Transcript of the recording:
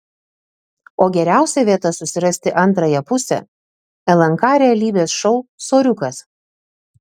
o geriausia vieta susirasti antrąją pusę lnk realybės šou soriukas